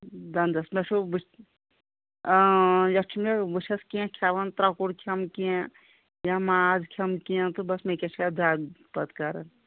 دَندَس نہ چھُ بہٕ یَتھ چھُ مےٚ بہٕ چھس کینٛہہ کھٮ۪وان ترٛکُر کھَٮ۪مہٕ کینٛہہ یا ماز کھٮ۪مہٕ کینٛہہ تہٕ بَس مےٚ کیاہ چھِ اَتھ دَگ پَتہٕ کَران